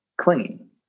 clinging